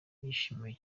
yashimiwe